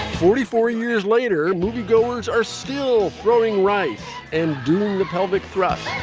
forty four years later moviegoers are still growing right and doing the pelvic thrust.